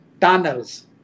tunnels